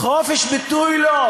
חופש ביטוי לו,